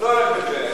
לא רק בטבריה.